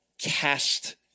cast